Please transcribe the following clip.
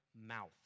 mouth